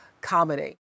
comedy